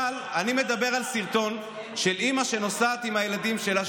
אבל אני מדבר על סרטון של אימא שנוסעת עם הילדים שלה,